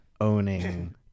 owning